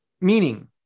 meaning